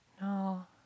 No